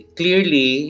clearly